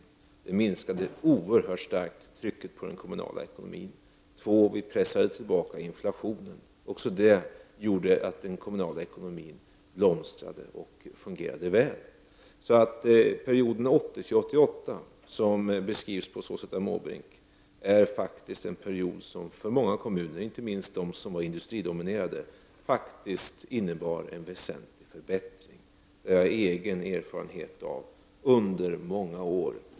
Det minskade trycket oerhört mycket på den kommunala ekonomin. 2. Vi pressade tillbaka inflationen. Även det gjorde att den kommunala ekonomin blomstrade och fungerade väl. Perioden 1980— 1988, som beskrevs av Bertil Måbrink, var faktiskt en period som för många kommuner, inte minst de som var industridominerade, innebar en väsentlig förbättring. Det har jag haft egen erfarenhet av under många år.